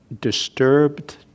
disturbed